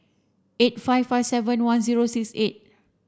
eight five five seven one zero six eight